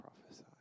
prophesy